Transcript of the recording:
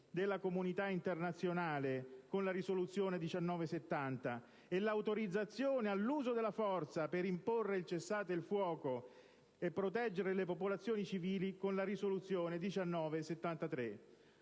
della comunità internazionale, con la risoluzione n. 1970, e l'autorizzazione all'uso della forza per imporre il cessate il fuoco e proteggere le popolazioni civili, con la risoluzione n. 1973.